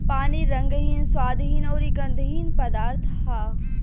पानी रंगहीन, स्वादहीन अउरी गंधहीन पदार्थ ह